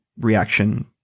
reaction